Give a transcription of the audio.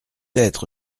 être